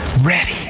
ready